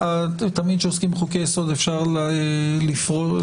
תמיד כשעוסקים בחוקי-יסוד אפשר להפליג